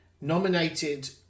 nominated